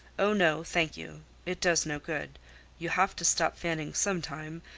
oh, no! thank you. it does no good you have to stop fanning some time,